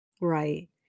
Right